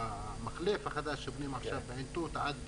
המחלף החדש שבונים עכשיו בעין תות עד יקנעם,